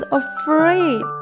afraid